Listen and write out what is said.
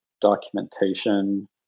documentation